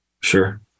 sure